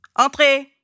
Entrez